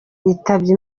yitabye